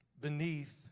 beneath